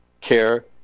care